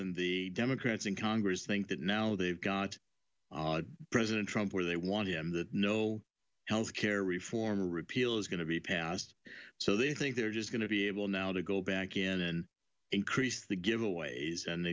and the democrats in congress think that now they've got president trump where they want him that no health care reform repeal is going to be passed so they think they're just going to be able now to go back in and increase the giveaways and